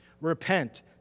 Repent